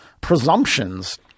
presumptions